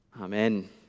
Amen